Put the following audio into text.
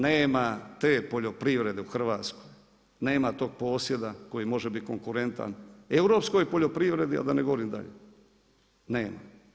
Nema te poljoprivrede u Hrvatskoj, nema tog posjeda koji može biti konkurentan europskoj poljoprivredi, a da ne govorim dalje, nema.